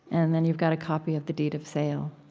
and then, you've got a copy of the deed of sale.